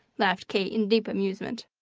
laughed kate in deep amusement.